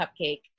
cupcake